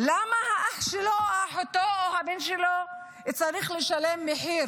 למה האח שלו, אחותו או הבן שלו צריכים לשלם מחיר